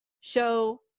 show